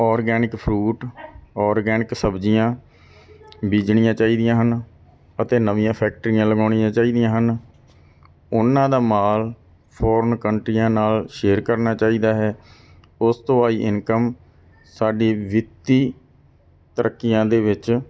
organic fruit organic ਸਬਜ਼ੀਆਂ ਬੀਜਣੀਆਂ ਚਾਹੀਦੀਆਂ ਹਨ ਅਤੇ ਨਵੀਆਂ ਫੈਕਟਰੀਆਂ ਲਗਾਉਣੀਆਂ ਚਾਹੀਦੀਆਂ ਹਨ ਉਹਨਾਂ ਦਾ ਮਾਲ ਫੋਰਨ ਕੰਟਰੀਆਂ ਨਾਲ ਸ਼ੇਅਰ ਕਰਨਾ ਚਾਹੀਦਾ ਹੈ ਉਸ ਤੋਂ ਆਈ ਇਨਕਮ ਸਾਡੀ ਵਿੱਤੀ ਤਰੱਕੀਆਂ ਦੇ ਵਿੱਚ